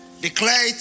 Declare